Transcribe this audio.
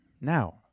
Now